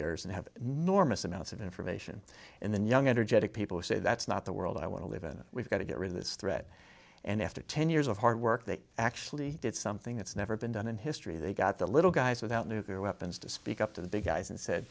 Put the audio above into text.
years and have norma's amounts of information and then young energetic people say that's not the world i want to live in we've got to get rid of this threat and after ten years of hard work they actually did something that's never been done in history they got the little guys without nuclear weapons to speak up to the big guys and said